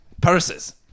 purses